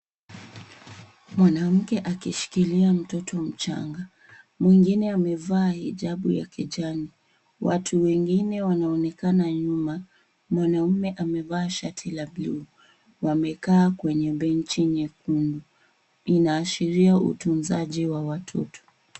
Mwanamke akishikilia mtoto mchanga, mwingine amevaa hijabu ya kijani. Watu wengine wanaonekana nyuma. Mwanaume amevaa shati la bluu. Wamekaa kwenye benchi nyekundu. Inaashiria utunzaji wa watoto.